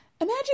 Imagine